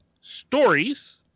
stories